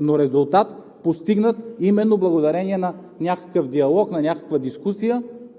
но резултат, постигнат именно благодарение на някакъв диалог, на някаква дискусия